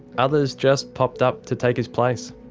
others just popped up to take his place.